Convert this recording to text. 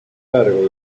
cargo